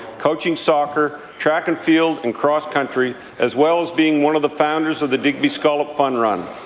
coaching soccer, track and field and cross-country, as well as being one of the founders of the digby scallop fun run.